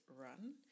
run